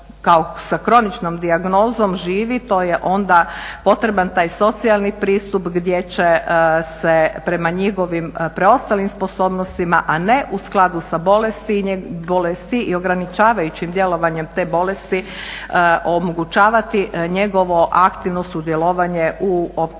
kao sa kroničnom dijagnozom živi to je onda potreban taj socijalni pristup gdje će se prema njihovim preostalim sposobnostima, a ne u skladu sa bolesti i ograničavajućim djelovanjem te bolesti omogućavati njegovo aktivno sudjelovanje u radnom